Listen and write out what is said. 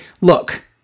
look